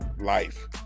life